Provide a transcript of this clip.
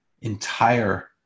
entire